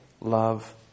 love